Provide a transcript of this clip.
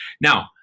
Now